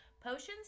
potions